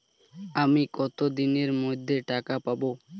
আমি কতদিনের মধ্যে টাকা পাবো?